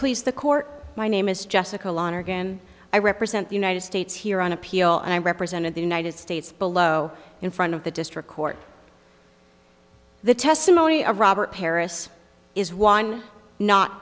please the court my name is jessica lonergan i represent the united states here on appeal and i represented the united states below in front of the district court the testimony of robert paris is one not